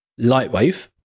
Lightwave